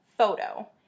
Photo